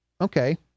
Okay